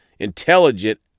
intelligent